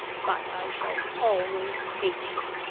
but i shall always hate you.